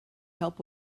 help